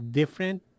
different